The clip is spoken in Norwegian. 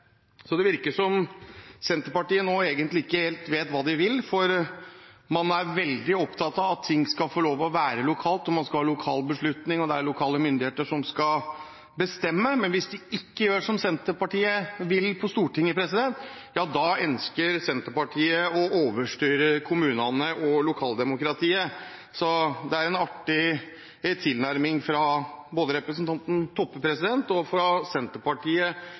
Det virker som Senterpartiet nå ikke helt vet hva de vil, for man er veldig opptatt av at ting skal få lov å være lokalt, man skal ha lokal beslutning, og det er lokale myndigheter som skal bestemme, men hvis de ikke gjør som Senterpartiet på Stortinget vil, ja da ønsker Senterpartiet å overstyre kommunene og lokaldemokratiet. Det er jo en artig tilnærming både fra representanten Toppe og fra Senterpartiet,